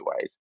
ways